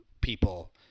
people